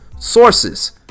Sources